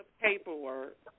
paperwork